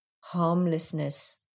harmlessness